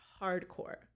hardcore